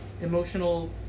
emotional